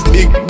Big